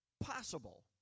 possible